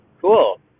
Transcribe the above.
cool